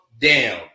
down